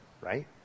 right